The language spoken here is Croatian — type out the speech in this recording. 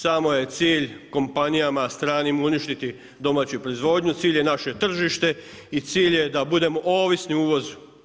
Samo je cilj kompanijama stranim uništiti domaću proizvodnju, cilj je naše tržište i cilj da budemo ovisni o uvozu.